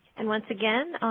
and once again,